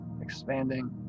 expanding